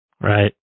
Right